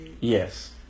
Yes